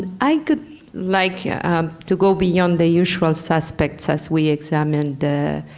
i could like yeah um to go beyond the usual aspects as we examine the